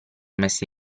messe